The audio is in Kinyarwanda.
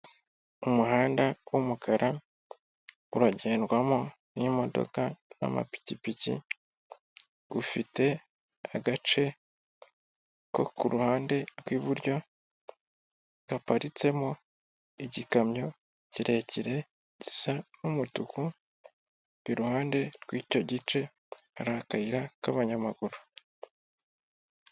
Umuhanda w'umukara uragendwamo n'imodoka n'amapikipiki ufite agace ko kuruhande rw'iburyo gaparitsemo igikamyo kirekire gisa n'umutuku iruhande rw'icyo gice hari akayira k'abanyamaguru.